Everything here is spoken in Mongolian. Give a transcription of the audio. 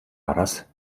араас